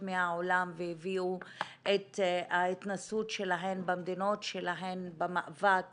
מהעולם והביאו את ההתנסות שלהן במדינות שלהן במאבק